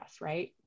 right